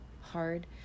hard